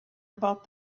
about